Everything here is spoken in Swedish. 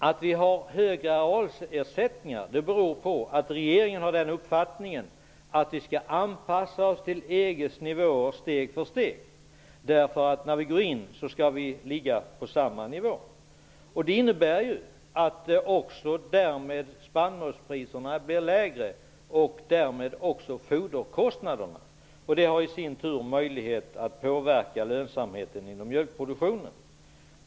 Att vi har höga arealersättningar beror på att regeringen har den uppfattningen att vi skall anpassa oss till EU:s nivåer steg för steg. När vi kommer med skall vi ligga på samma nivå. Det innebär att också spannmålspriserna blir lägre och därmed också foderkostnaderna. Detta kan i sin tur påverka lönsamheten inom mjölkproduktionen.